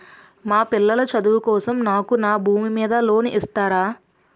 మా పిల్లల చదువు కోసం నాకు నా భూమి మీద లోన్ ఇస్తారా?